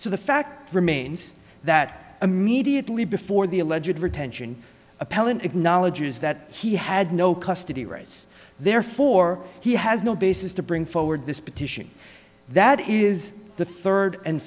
so the fact remains that immediately before the alleged retention appellant acknowledges that he had no custody rights therefore he has no basis to bring forward this petition that is the third and